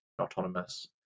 autonomous